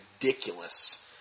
ridiculous